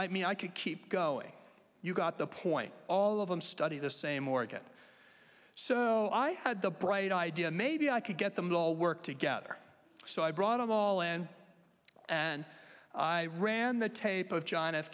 i mean i could keep going you got the point all of them study the same orbit so i had the bright idea maybe i could get the middle work together so i brought them all and and i ran the tape of john f